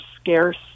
scarce